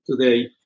today